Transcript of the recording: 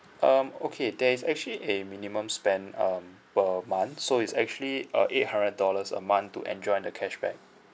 um okay there is actually a minimum spend um per month so it's actually uh eight hundred dollars a month to enjoy the cashback